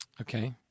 Okay